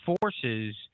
forces